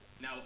Now